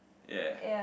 ya